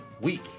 week